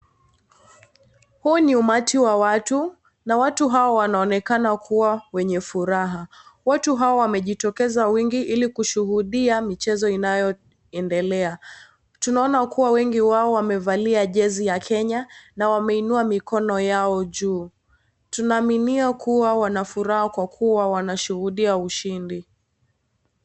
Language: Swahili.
Huu ni umati wa watu na watu hao wanaonekana kuwa wenye furaha. Watu hao wamejitokeza wengi ili kushuhudia michezo inayoendelea. Tunaona kuwa wengi wao wamevalia jezi ya Kenya na wameinua mikono yao juu. Tunaaminia kuwa wana furaha kwa kuwa wanashuhudia ushindi.